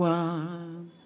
one